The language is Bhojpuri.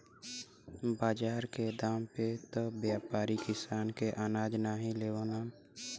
बाजार के दाम पे त व्यापारी किसान के अनाज नाहीं लेवलन